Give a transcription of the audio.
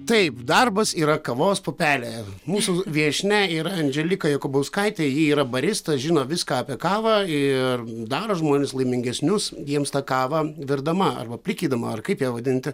taip darbas yra kavos pupelė mūsų viešnia yra andželika jakubauskaitė ji yra barista žino viską apie kavą ir daro žmones laimingesnius jiems tą kavą virdama arba plikydama ar kaip ją vadinti